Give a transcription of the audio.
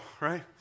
right